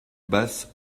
basse